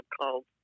called